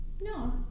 No